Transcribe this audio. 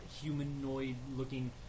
humanoid-looking